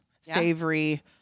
savory